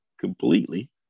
completely